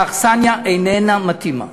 האכסניה איננה מתאימה.